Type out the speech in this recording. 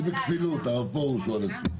אני בכפילות, הרב פרוש הוא הנציג.